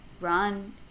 run